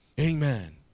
Amen